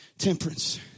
Temperance